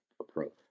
approach